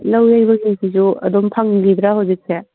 ꯂꯧ ꯌꯩꯕꯒꯤꯁꯤꯁꯨ ꯑꯗꯨꯝ ꯐꯪꯈꯤꯗ꯭ꯔꯥ ꯍꯧꯖꯤꯛꯁꯦ